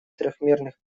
трёхмерных